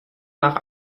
nach